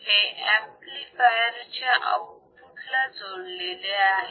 हे एंपलीफायर च्या आउटपुट ला जोडलेले आहे